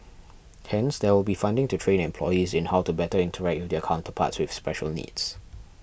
hence there will be funding to train employees in how to better interact with their counterparts with special needs